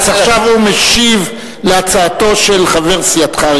עכשיו הוא משיב על הצעתו של חבר סיעתך.